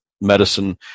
medicine